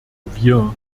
wir